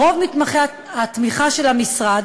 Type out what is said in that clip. ברוב מבחני התמיכה של המשרד